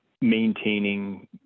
maintaining